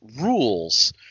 rules